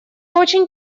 очень